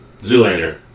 Zoolander